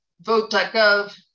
vote.gov